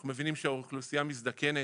אנחנו מבינים שהאוכלוסייה מזדקנת,